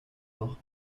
noch